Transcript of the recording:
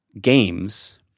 games